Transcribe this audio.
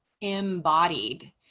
embodied